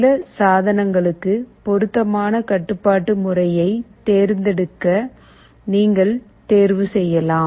சில சாதனங்களுக்கு பொருத்தமான கட்டுப்பாட்டு முறையைத் தேர்ந்தெடுக்க நீங்கள் தேர்வு செய்யலாம்